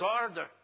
order